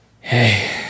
Hey